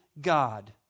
God